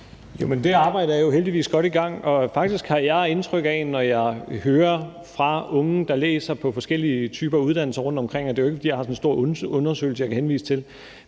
det arbejde er jo heldigvis godt i gang, og faktisk har jeg indtryk af, når jeg hører fra unge, der læser på forskellige typer af uddannelser rundtomkring – og det er ikke, fordi jeg har sådan en stor undersøgelse, jeg kan henvise til